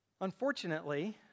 Unfortunately